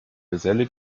geselle